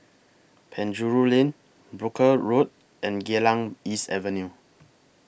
Penjuru Lane Brooke Road and Geylang East Avenue